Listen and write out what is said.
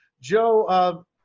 Joe